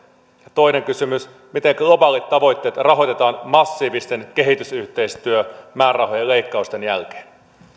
toinen kysymys miten globaalit tavoitteet rahoitetaan massiivisten kehitysyhteistyömäärärahojen leikkausten jälkeen